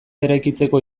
eraikitzeko